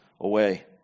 away